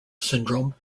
syndrome